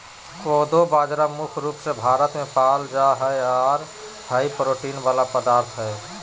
कोदो बाजरा मुख्य रूप से भारत मे पाल जा हय आर हाई प्रोटीन वाला खाद्य पदार्थ हय